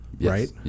right